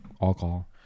alcohol